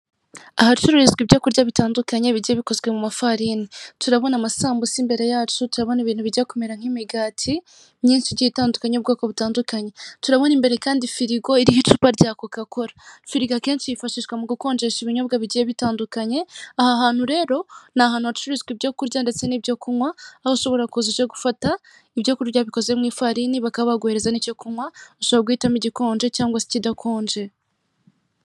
ahacururizwa ibyo kurya bitandukanye bigiye bikozwe mu mafarini, turabona amasambusa imbere yacu, turabona ibintu bijya kumera nk'imigati myinshi igiye itandukanye ubwoko butandukanye, turabona imbere kandi firigo iriho icupa rya Coca Cola. Firigo akenshi yifashishwa mu gukonjesha ibinyobwa bigiye bitandukanye, aha hantu rero ni ahantu hacururizwa ibyo kurya ndetse n'ibyo kunywa aho ushobora kuza uje gufata ibyo kurya bikoze mu ifarini bakaba baguhereza icyo kunywa ushobora guhitamo igikonje cyangwa se ikidakonje.